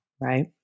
right